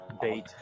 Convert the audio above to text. bait